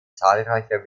zahlreicher